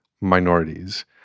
minorities